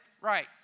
right